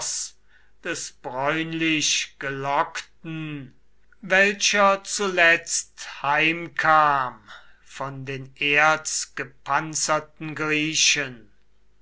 des bräunlichgelockten welcher zuletzt heimkam von den erzgepanzerten griechen